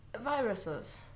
viruses